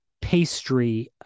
pastry